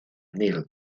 neal